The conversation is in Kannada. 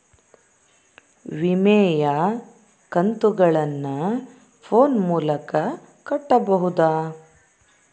ವಿಮೆಯ ಕಂತುಗಳನ್ನ ಫೋನ್ ಮೂಲಕ ಕಟ್ಟಬಹುದಾ?